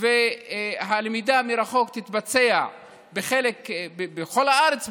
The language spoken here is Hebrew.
והלמידה מרחוק תתבצע בכל הארץ,